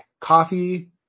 coffee